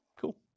Cool